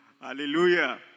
Hallelujah